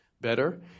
better